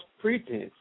pretense